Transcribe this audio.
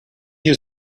you